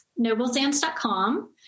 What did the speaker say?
noblesands.com